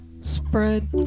spread